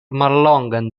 mallongan